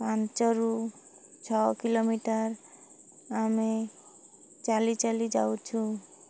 ପାଞ୍ଚରୁ ଛଅ କିଲୋମିଟର ଆମେ ଚାଲି ଚାଲି ଯାଉଛୁ